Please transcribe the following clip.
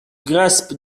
grasp